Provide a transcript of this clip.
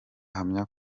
ahamya